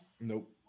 nope